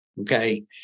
Okay